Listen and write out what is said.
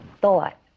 thought